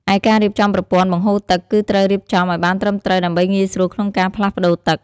ឯការរៀបចំប្រព័ន្ធបង្ហូរទឹក គឺត្រូវរៀបចំឲ្យបានត្រឹមត្រូវដើម្បីងាយស្រួលក្នុងការផ្លាស់ប្ដូរទឹក។